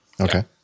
okay